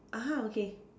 (uh huh) okay